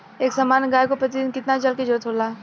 एक सामान्य गाय को प्रतिदिन कितना जल के जरुरत होला?